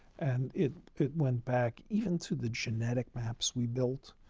and it it went back even to the genetic maps we built,